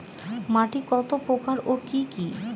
মাটি কত প্রকার ও কি কি?